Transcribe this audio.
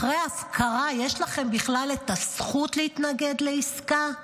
אחרי ההפקרה, יש לכם בכלל את הזכות להתנגד לעסקה?